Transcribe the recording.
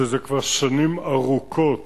שזה כבר שנים ארוכות